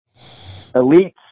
elites